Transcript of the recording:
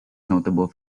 notable